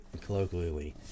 colloquially